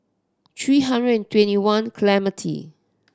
three hundred and twenty one Clementi